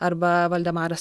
arba valdemaras